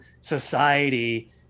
society